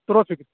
توٚروا فِکری